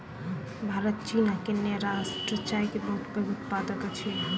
भारत चीन आ केन्या राष्ट्र चाय के बहुत पैघ उत्पादक अछि